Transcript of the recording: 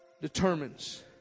determines